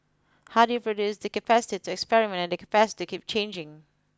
how do you produce the capacity to experiment and the capacity to keep changing